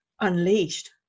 unleashed